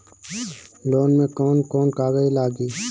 Loan में कौन कौन कागज लागी?